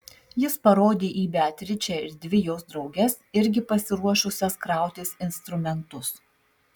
jis parodė į beatričę ir dvi jos drauges irgi pasiruošusias krautis instrumentus